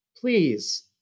Please